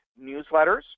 newsletters